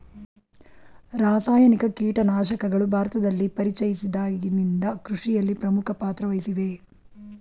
ರಾಸಾಯನಿಕ ಕೀಟನಾಶಕಗಳು ಭಾರತದಲ್ಲಿ ಪರಿಚಯಿಸಿದಾಗಿನಿಂದ ಕೃಷಿಯಲ್ಲಿ ಪ್ರಮುಖ ಪಾತ್ರ ವಹಿಸಿವೆ